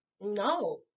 no